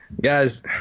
Guys